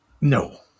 no